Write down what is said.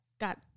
got